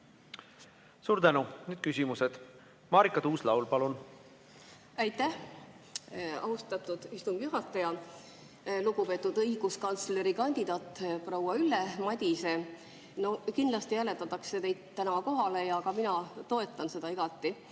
Suur tänu! Nüüd küsimused. Marika Tuus-Laul, palun! Aitäh, austatud juhataja! Lugupeetud õiguskantslerikandidaat proua Ülle Madise! Kindlasti hääletatakse teid täna kohale ja ka mina toetan seda igati.